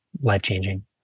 life-changing